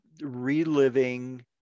reliving